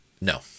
no